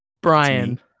Brian